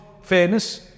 fairness